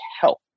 help